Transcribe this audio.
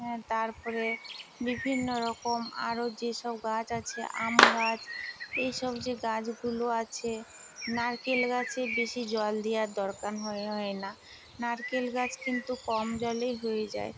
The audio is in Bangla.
হ্যাঁ তার পরে বিভিন্ন রকম আরও যে সব গাছ আছে আম গাছ এই সব যে গাছগুলো আছে নারকেল গাছে বেশি জল দেওয়ার দরকার হয় না নারকেল গাছ কিন্তু কম জলেই হয়ে যায়